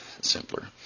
simpler